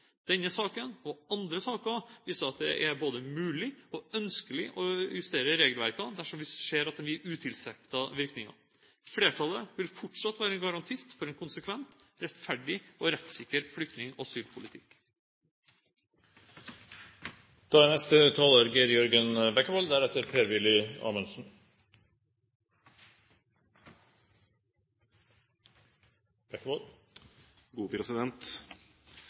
Denne saken og andre saker viser at det både er mulig og ønskelig å justere regelverket dersom vi ser at det gir utilsiktede virkninger. Flertallet vil fortsatt være en garantist for en konsekvent, rettferdig og rettssikker flyktning- og